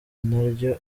naryo